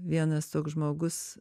vienas toks žmogus